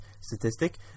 statistic